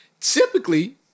Typically